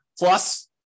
plus